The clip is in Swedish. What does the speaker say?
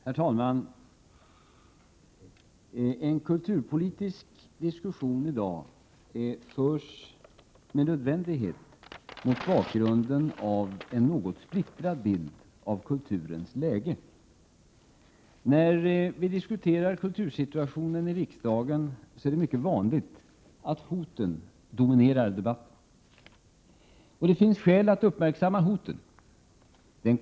Herr talman! En kulturpolitisk diskussion i dag förs med nödvändighet mot bakgrund av en något splittrad bild av kulturens läge. När vi i riksdagen diskuterar kultursituationen är det mycket vanligt att hoten dominerar debatten. Det finns skäl att uppmärksamma hoten.